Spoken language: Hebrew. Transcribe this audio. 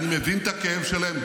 אני מבין את הכאב שלהם,